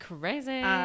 Crazy